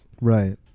right